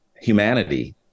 humanity